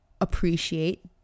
appreciate